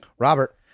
Robert